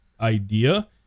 idea